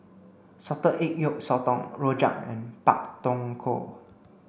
salted egg yolk sotong Rojak and Pak Thong Ko